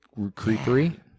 Creepery